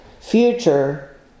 future